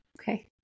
Okay